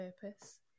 purpose